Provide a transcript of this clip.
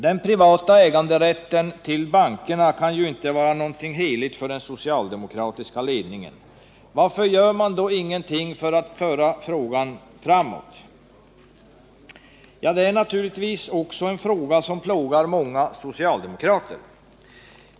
Den privata äganderätten till bankerna kan ju inte vara något heligt för den socialdemokratiska ledningen. Varför gör man då ingenting för att föra frågan framåt? Det är naturligtvis också en fråga som plågar många socialdemokrater.